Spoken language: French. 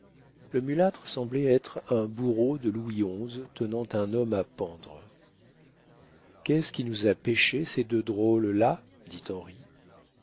le mulâtre semblait être un bourreau de louis xi tenant un homme à pendre qu'est-ce qui nous a pêché ces deux drôles là dit